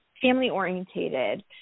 family-orientated